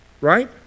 right